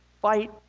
fight